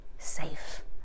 safe